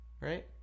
right